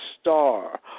star